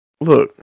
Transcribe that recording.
Look